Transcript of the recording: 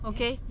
Okay